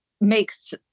makes